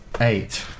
Eight